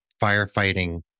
firefighting